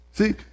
See